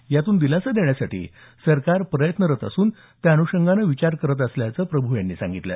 यातून दिलासा देण्यासाठी सरकार प्रयत्नरत असून त्या अनुषंगाने विचार करत असल्याचं प्रभू यांनी सांगितलं